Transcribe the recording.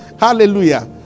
Hallelujah